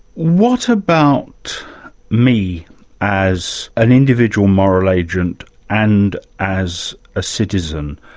what about me as an individual moral agent and as a citizen?